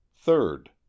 third